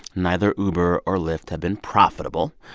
neither uber or lyft have been profitable.